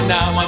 Now